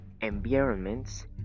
environments